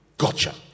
gotcha